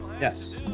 Yes